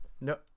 no